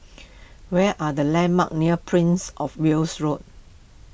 what are the landmarks near Prince of Wales Road